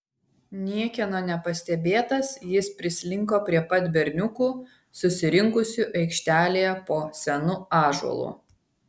niekieno nepastebėtas jis prislinko prie pat berniukų susirinkusių aikštelėje po senu ąžuolu